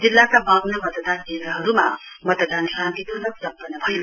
जिल्लाका वाउन्न मतदान केन्द्रहरुमा मतदान शान्तिपूर्वक सम्पन्न भयो